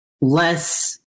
less